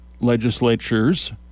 legislatures